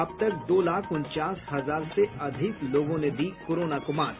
अब तक दो लाख उनचास हजार से अधिक लोगों ने दी कोरोना को मात